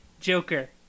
Joker